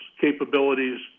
capabilities